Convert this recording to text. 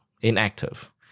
Inactive